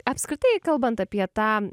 apskritai kalbant apie tą